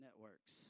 Networks